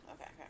okay